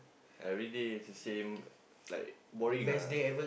everyday is the same like boring ah